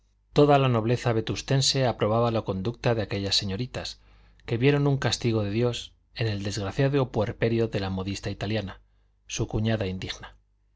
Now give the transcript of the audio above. toda la nobleza vetustense aprobaba la conducta de aquellas señoritas que vieron un castigo de dios en el desgraciado puerperio de la modista italiana su cuñada indigna